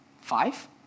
Five